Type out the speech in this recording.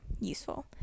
useful